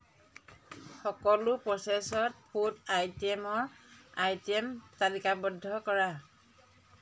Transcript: সকলো processed food আইটেমৰ item তালিকাবদ্ধ কৰা